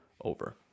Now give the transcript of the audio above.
over